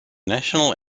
national